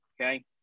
okay